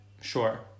sure